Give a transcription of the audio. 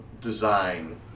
design